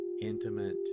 intimate